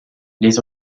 les